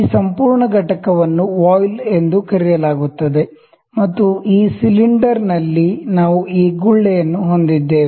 ಈ ಸಂಪೂರ್ಣ ಘಟಕವನ್ನು ವಾಯ್ಲ್ ಎಂದು ಕರೆಯಲಾಗುತ್ತದೆ ಮತ್ತು ಈ ಸಿಲಿಂಡರ್ನಲ್ಲಿ ನಾವು ಈ ಗುಳ್ಳೆಯನ್ನು ಹೊಂದಿದ್ದೇವೆ